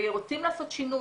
ורוצים לעשות שינוי.